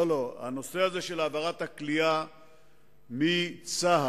לא, לא, העברת הכליאה מצה"ל,